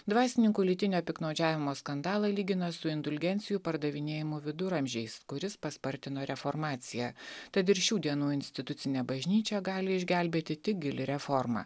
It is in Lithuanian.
dvasininkų lytinio piktnaudžiavimo skandalą lygina su indulgencijų pardavinėjimu viduramžiais kuris paspartino reformaciją tad ir šių dienų institucinę bažnyčią gali išgelbėti tik gili reforma